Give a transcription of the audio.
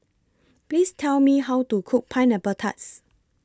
Please Tell Me How to Cook Pineapple Tart